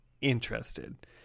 interested